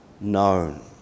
known